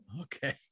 okay